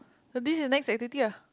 so this is next activity ah